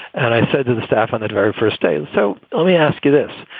and i said to the staff on the very first day. and so let me ask you this.